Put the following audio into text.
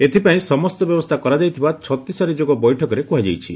ଏଥପାଇଁ ସମ୍ଠ ବ୍ୟବସ୍କା କରାଯାଇଥିବା ଛତିଶା ନିଯୋଗ ବୈଠକରେ କୁହାଯାଇଛି